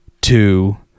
two